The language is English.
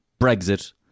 Brexit